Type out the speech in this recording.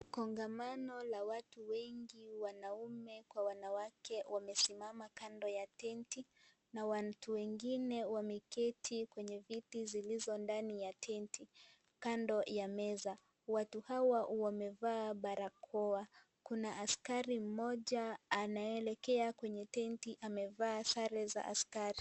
Kongamano la watu wengi wanawake kwa wanaume wamesimama kando ya tenti na watu wengine wameketi kwenye viti zilizo ndani ya tenti kando ya meza, watu hawa wamevaa barakoa. Kuna askari mmoja anaelekea kwenye tenti amevaa sare za askari.